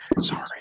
sorry